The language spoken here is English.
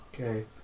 Okay